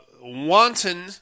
Wanton